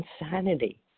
insanity